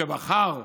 שבחר,